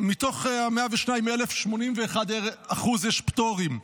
מתוך 102,000, ל-81% יש פטורים.